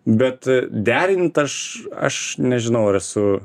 bet derint aš aš nežinau ar esu